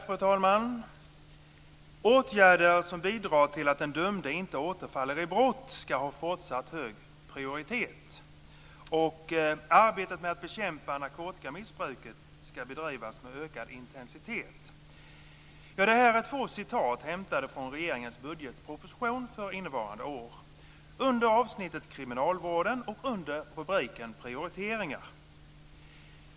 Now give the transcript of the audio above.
Fru talman! "Åtgärder som bidrar till att den dömde inte återfaller i brott skall ha fortsatt hög prioritet." "Arbetet med att bekämpa narkotikamissbruket skall bedrivas med ökad intensitet." Dessa två citat är hämtade från regeringens budgeproposition för innevarande år under avsnittet Kriminalvården och under rubriken Prioriteringar.